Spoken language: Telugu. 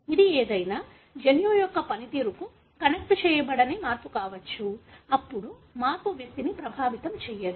ఇది ఏదైనా జన్యువు యొక్క పనితీరుకు కనెక్ట్ చేయబడని మార్పు కావచ్చు అప్పుడు మార్పు వ్యక్తిని ప్రభావితం చేయదు